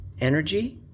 energy